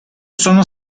sono